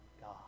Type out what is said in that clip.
God